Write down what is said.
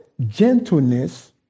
gentleness